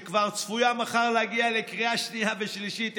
שכבר צפויה מחר להגיע לקריאה שנייה ושלישית,